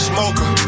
Smoker